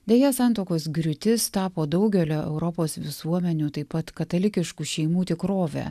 deja santuokos griūtis tapo daugelio europos visuomenių taip pat katalikiškų šeimų tikrove